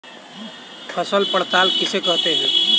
फसल पड़ताल किसे कहते हैं?